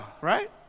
right